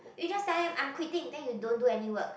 you just tell him I'm quitting then you don't do any work